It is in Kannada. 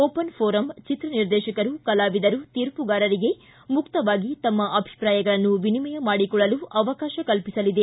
ಓಪನ್ ಪೋರಂ ಚಿತ್ರ ನಿರ್ದಶಕರು ಕಲಾವಿದರು ತೀರ್ಪುಗಾರರಿಗೆ ಮುಕ್ತವಾಗಿ ತಮ್ನ ಅಭಿಪ್ರಾಯಗಳನ್ನು ವಿನಿಮಯ ಮಾಡಿಕೊಳ್ಳಲು ಅವಕಾಶ ಕಲ್ಪಿಸಲಿದೆ